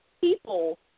people